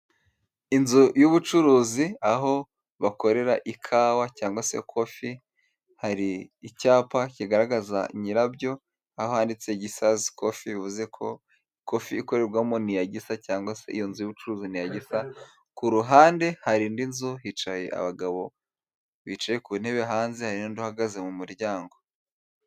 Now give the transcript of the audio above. Inzu y'ubucuruzi aho bakorera ikawa cyangwa se kofi hari icyapa kigaragaza nyirabyo aho handitse Gisazi Kofi bivuze ko kofi ikorerwamo ni iya Gisa cyangwa se iyo nzu y'ubucuruzi ni iya Gisa, ku ruhande hari indi nzu, hicaye abagabo bicaye ku ntebe hanze, hari n'undi uhagaze mu muryango.